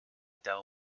dell